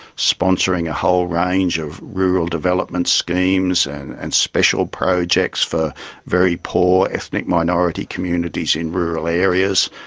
sponsoring a whole range of rural development schemes and and special projects for very poor ethnic minority communities in rural areas,